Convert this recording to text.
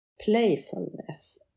playfulness